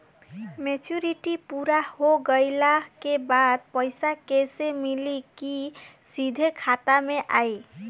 Maturity पूरा हो गइला के बाद पईसा कैश मिली की सीधे खाता में आई?